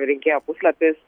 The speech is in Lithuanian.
rinkėjo puslapis